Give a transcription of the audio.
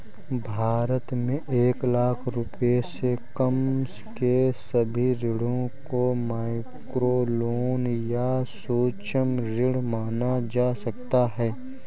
भारत में एक लाख रुपए से कम के सभी ऋणों को माइक्रोलोन या सूक्ष्म ऋण माना जा सकता है